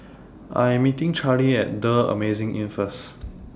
I Am meeting Charlie At The Amazing Inn First